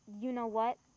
you-know-what